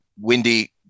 Windy